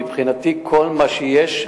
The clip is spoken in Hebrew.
מבחינתי כל מה שיש,